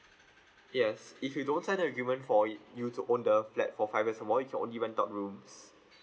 yes if you don't sign the agreement for you to own the flat for five years or more you can only rent out rooms